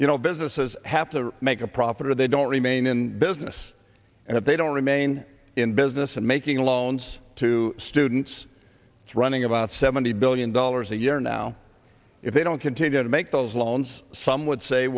you know businesses have to make a profit or they don't remain in business and if they don't remain in business and making loans to students it's running about seventy billion dollars a year now if they don't continue to make those loans some